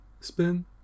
spin